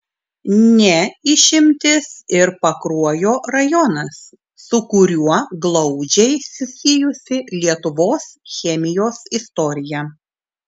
ne išimtis ir pakruojo rajonas su kuriuo glaudžiai susijusi lietuvos chemijos istorija